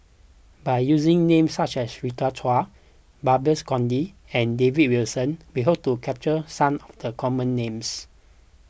by using names such as Rita Chao Babes Conde and David Wilson we hope to capture some the common names